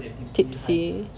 tipsy